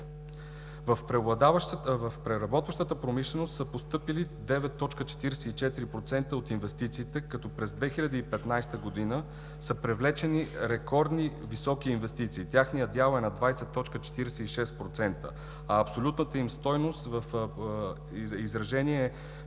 В преработващата промишленост са постъпили 9,44% от инвестициите, като през 2015 г. са привлечени рекордно високи инвестиции. Техният дял е на 20,46%, а абсолютната им стойност в изражение е